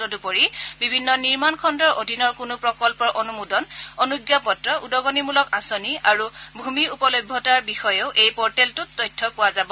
তদুপৰি বিভিন্ন নিৰ্মাণ খণ্ডৰ অধীনৰ কোনো প্ৰকল্পৰ অনুমোদন অনুজাপত্ৰ উদগনিমূলক আঁচনি আৰু ভূমি উপলভ্যতাৰ বিষয়েও এই পৰ্টেলটোত তথ্য পোৱা যাব